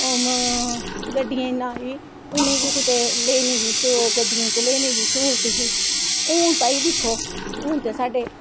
हून गड्डियै दी नां गे उंहे गी कुदे गड्डियै च लेने दी सहूलत ही हून भाई दिक्खो हून ते साढ़े